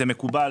זה מקובל.